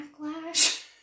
backlash